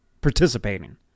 participating